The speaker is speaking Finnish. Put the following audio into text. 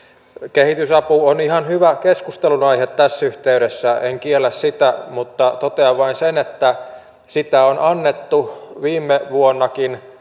kehitysapu on ihan hyvä keskustelunaihe tässä yhteydessä en kiellä sitä mutta totean vain sen että sitä on annettu viime vuonnakin